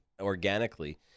organically